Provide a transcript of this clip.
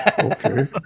okay